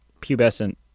pubescent